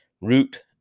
root